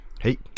Hey